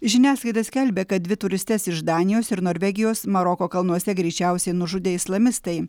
žiniasklaida skelbia kad dvi turistes iš danijos ir norvegijos maroko kalnuose greičiausiai nužudė islamistai